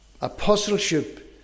apostleship